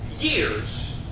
years